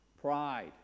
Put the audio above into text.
pride